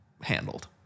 handled